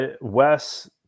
Wes